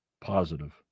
positive